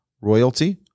royalty